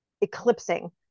eclipsing